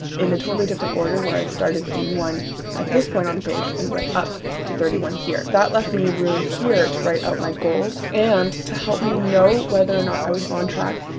in a totally different order where i started from one at this point on the page and went up to thirty one here. that left me room here to write out my goals and to help me know whether or not i was on track,